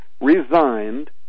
resigned